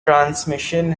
transmission